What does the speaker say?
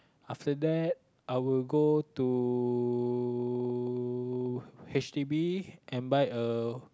after that I will go to H_D_B and buy a